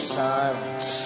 silence